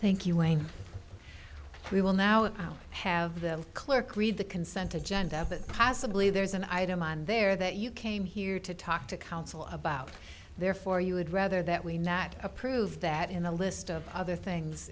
thank you elaine we will now have the clerk read the consent agenda of it possibly there's an item on there that you came here to talk to council about therefore you would rather that we not approve that in the list of other things